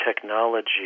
technology